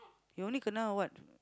he only kena what